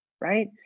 right